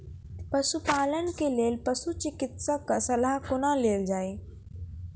पशुपालन के लेल पशुचिकित्शक कऽ सलाह कुना लेल जाय?